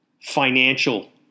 financial